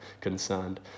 concerned